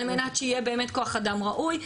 על מנת שיהיה באמת כוח אדם ראוי,